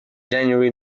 january